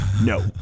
No